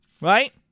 right